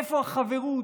איפה החברות?